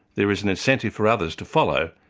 there is an incentive for others to follow,